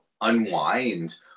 unwind